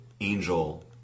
Angel